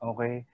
Okay